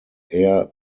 air